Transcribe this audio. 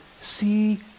see